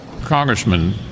Congressman